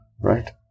Right